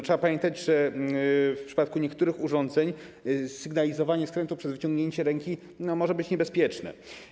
Trzeba pamiętać, że w przypadku niektórych urządzeń sygnalizowanie skrętu przez wyciągnięcie ręki może być niebezpieczne.